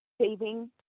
saving